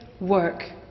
work